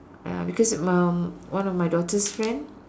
ah because it's mum one of my daughter's friend